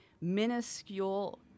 minuscule